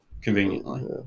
conveniently